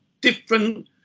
different